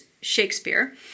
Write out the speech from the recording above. Shakespeare